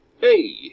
Hey